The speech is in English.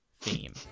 theme